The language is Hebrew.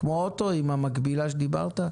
כמו אוטו, המקבילה שדיברת עליה?